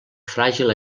fràgil